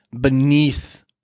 beneath